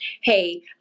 Hey